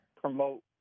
promote